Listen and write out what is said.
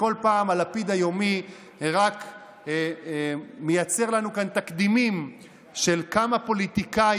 ובכל פעם הלפיד היומי רק מייצר לנו כאן תקדימים של כמה פוליטיקאי